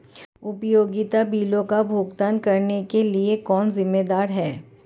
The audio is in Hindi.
उपयोगिता बिलों का भुगतान करने के लिए कौन जिम्मेदार है?